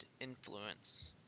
influence